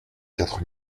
quatre